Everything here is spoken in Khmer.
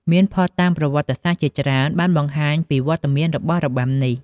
មានភស្តុតាងប្រវត្តិសាស្ត្រជាច្រើនបានបង្ហាញពីវត្តមានរបស់របាំនេះ។